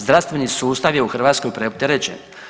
Zdravstveni sustav je u Hrvatskoj preopterećen.